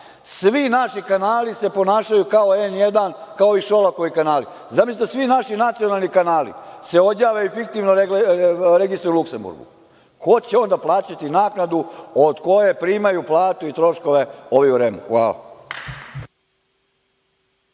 svi naši kanali ponašaju kao N1, kao ovi Šolakovi kanali. Zamislite da se svi naši nacionalni kanali odjave i fiktivno registruju u Luksemburgu. Ko će onda plaćati naknadu od koje primaju platu i troškove ovi u REM-u? Hvala.